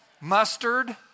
mustard